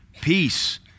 Peace